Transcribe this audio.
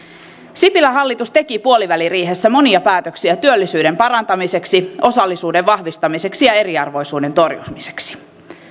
sipilän hallitus teki puoliväliriihessä monia päätöksiä työllisyyden parantamiseksi osallisuuden vahvistamiseksi ja eriarvoisuuden torjumiseksi